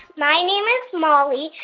my name is molly.